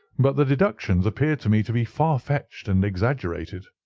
but the deductions appeared to me to be far-fetched and exaggerated.